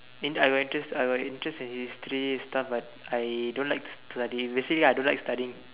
in I got interest I got interest in history stuff like I don't like studying basically I don't like studying